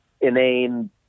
inane